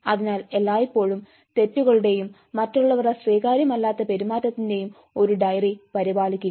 അതിനാൽ എല്ലായ്പ്പോഴും തെറ്റുകളുടെയും മറ്റുള്ളവരുടെ സ്വീകാര്യമല്ലാത്ത പെരുമാറ്റത്തിന്റെയും ഒരു ഡയറി പരിപാലിക്കുക